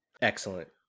Excellent